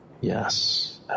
yes